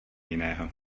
jiného